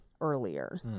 earlier